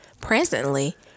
presently